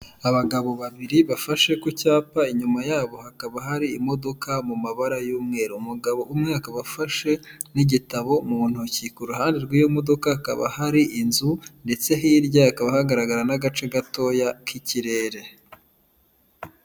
Abagabo babiri bafashe ku cyapa inyuma yabo hakaba hari imodoka mu mabara y'umweru, umugabo umwe akaba afashe n'igitabo mu ntoki, ku ruhande rw'iyo modoka hakaba hari inzu ndetse hirya hakaba hagaragara n'agace gatoya k'ikirere.